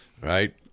right